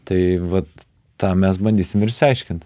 tai vat tą mes bandysim ir išsiaiškint